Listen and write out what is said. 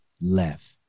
left